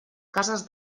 cases